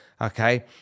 okay